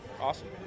awesome